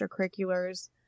extracurriculars